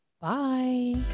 Bye